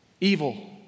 evil